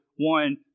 one